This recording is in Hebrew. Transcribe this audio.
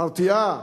מרתיעה,